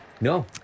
No